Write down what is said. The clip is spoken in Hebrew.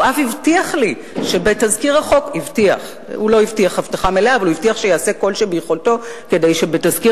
הוא אף הבטיח לי שיעשה כל שביכולתו כדי שבתזכיר